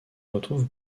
retrouve